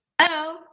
Hello